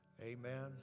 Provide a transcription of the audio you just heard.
amen